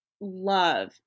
love